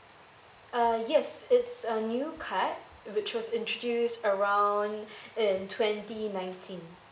uh yes it's a new card which was introduced around in twenty nineteen